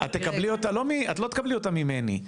את לא תקבלי אותה ממני,